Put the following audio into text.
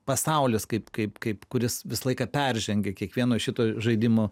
pasaulis kaip kaip kaip kuris visą laiką peržengia kiekvieno šito žaidimo